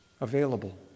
available